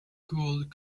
could